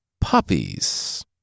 puppies